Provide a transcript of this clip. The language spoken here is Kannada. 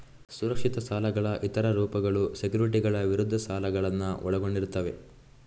ಸುರಕ್ಷಿತ ಸಾಲಗಳ ಇತರ ರೂಪಗಳು ಸೆಕ್ಯುರಿಟಿಗಳ ವಿರುದ್ಧ ಸಾಲಗಳನ್ನು ಒಳಗೊಂಡಿರುತ್ತವೆ